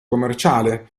commerciale